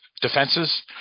defenses